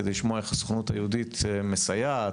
כדי לשמוע איך הסוכנות היהודית מסייעת